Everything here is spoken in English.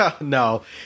No